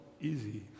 easy